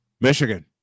Michigan